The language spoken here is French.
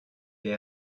est